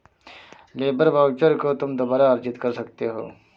labour voucher को तुम दोबारा अर्जित कर सकते हो